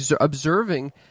observing